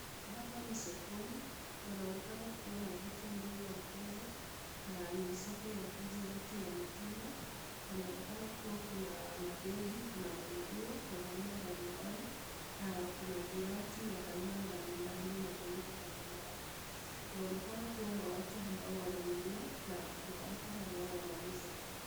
Hapa ni sokoni panaonekana kuwa na vitu mingi ya kuuza na ni soko ya kuuza vitu ya mtummba panaonekana kuwa soko ya begi kuna manguo ya aina mbalimbali kuna viatu ya aina mbali mbali na muundo mbalimbali kunaonekana kuwa kuna watu wananunua na watu ambao wanauza.